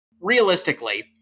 realistically